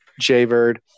jaybird